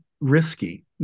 risky